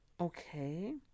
Okay